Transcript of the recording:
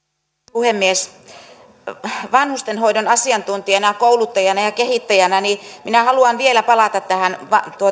puhemies vanhustenhoidon asiantuntijana kouluttajana ja ja kehittäjänä minä haluan vielä palata tähän